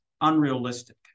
Unrealistic